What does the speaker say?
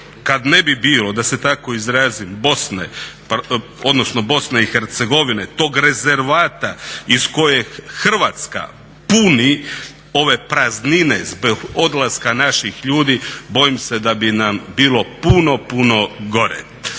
kada ne bi bilo Bosne, odnosno Bosne i Hercegovine, tog rezervata iz kojeg Hrvatska puni ove praznine zbog odlaska naših ljudi, bojim se da bi nam bilo puno, puno gore.